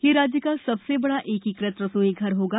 यह राज्य का सबसे बड़ा एकीकृत रसोई घर होगा